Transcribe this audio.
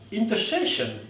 intercession